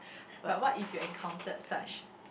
but what if you encountered such